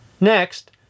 Next